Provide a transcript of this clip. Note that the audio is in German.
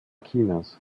chinas